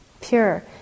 Pure